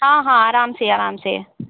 हाँ हाँ आराम से आराम से